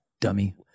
Dummy